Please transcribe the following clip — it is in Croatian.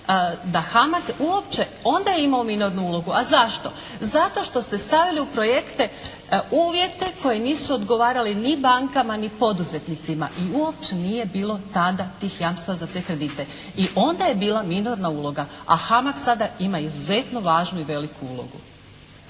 da "Hamag" uopće, onda je imao minornu ulogu, a zašto? Zato što ste stavili u projekte uvjete koji nisu odgovarali ni bankama ni poduzetnicima i uopće nije bilo tada tih jamstva za te kredite i onda je bila minorna uloga, a "Hamag" sada ima izuzetno važnu i veliku ulogu.